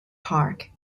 park